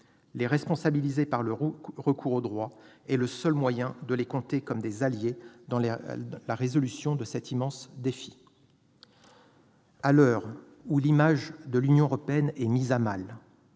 Les responsabiliser par le recours au droit est le seul moyen de pouvoir les compter comme des alliés en vue de relever cet immense défi. À l'heure où l'image de l'Union européenne est mise à mal,